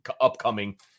upcoming